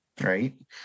right